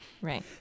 Right